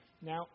now